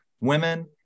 women